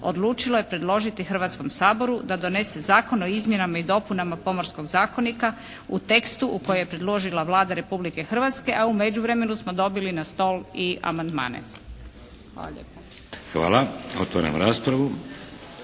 odlučilo je predložiti Hrvatskom saboru da donese Zakon o izmjenama i dopunama Pomorskog zakonika u tekstu koji je predložila Vlada Republike Hrvatske, a u međuvremenu smo dobili na stol i amandmane. Hvala lijepo.